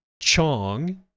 Chong